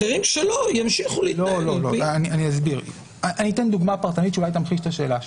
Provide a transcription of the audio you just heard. אני אתן דוגמה פרטנית שאולי תמחיש את השאלה שלי.